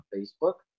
Facebook